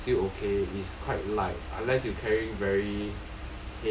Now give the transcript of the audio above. it's still okay it's quite light unless you carry very